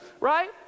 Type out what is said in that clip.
right